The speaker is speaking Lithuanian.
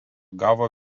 gavo